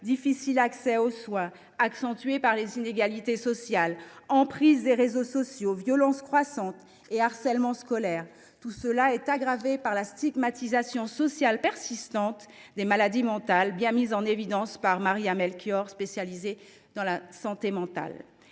difficile accès aux soins, accentué par les inégalités sociales ; emprise des réseaux sociaux ; violence croissante et harcèlement scolaire. Tout cela est aggravé par la stigmatisation sociale persistante des maladies mentales, bien mise en évidence par Maria Melchior, spécialisée dans la santé mentale.